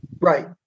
Right